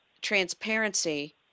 transparency